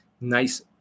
nice